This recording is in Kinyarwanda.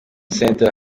center